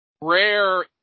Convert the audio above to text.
rare